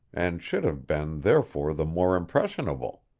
and should have been therefore the more impressionable.